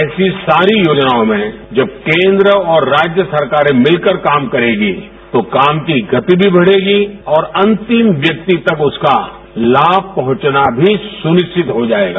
ऐसी सारी योजनाओं में जब केंद्र और राज्य सरकारें मिलकर काम करेंगी तो काम की गति भी बढ़ेगी और अंतिम व्यक्ति तक उसका लाभ पहुंचना भी सुनिश्चित हो जाएगा